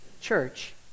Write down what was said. church